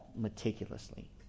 meticulously